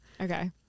Okay